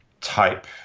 type